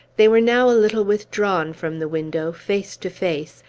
they were now a little withdrawn from the window, face to face,